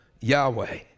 Yahweh